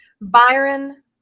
Byron